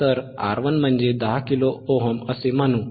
तर R1 म्हणजे 10 किलो ओम असे म्हणू